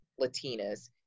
Latinas